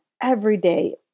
everyday